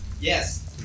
Yes